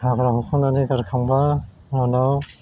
हाग्रा हखांनानै गारखांबा उनाव